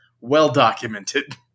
well-documented